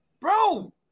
Bro